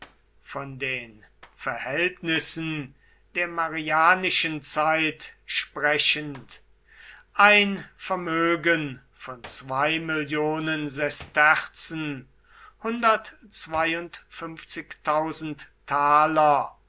von den verhältnissen der marianischen zeit sprechend ein vermögen von mill sesterzen